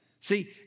See